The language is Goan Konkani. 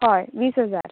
हय वीस हजार